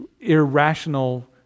irrational